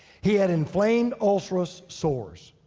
he had inflamed ulcerous sores.